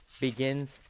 begins